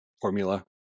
formula